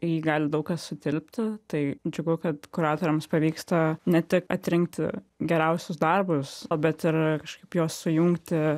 į jį gali daug kas sutilpti tai džiugu kad kuratoriams pavyksta ne tik atrinkti geriausius darbus o bet ir kažkaip juos sujungti